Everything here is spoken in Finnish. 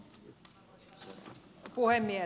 arvoisa puhemies